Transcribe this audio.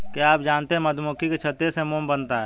क्या आप जानते है मधुमक्खी के छत्ते से मोम बनता है